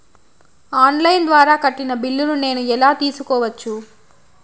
On line ద్వారా కట్టిన బిల్లును నేను ఎలా తెలుసుకోవచ్చు?